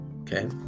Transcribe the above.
Okay